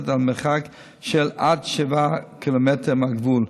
על מרחק של עד 7 קילומטרים מהגבול.